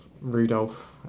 Rudolph